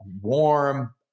warm